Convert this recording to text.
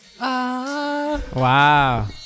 Wow